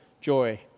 joy